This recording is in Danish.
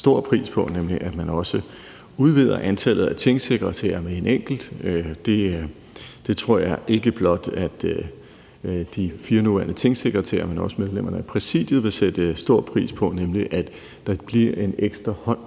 stor pris på, nemlig at man også udvider antallet af tingsekretærer med en enkelt. Det tror jeg ikke blot at de fire nuværende tingsekretærer, men også medlemmerne af Præsidiet vil sætte stor pris på, nemlig at der bliver en ekstra hånd